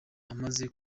amaze